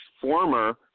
former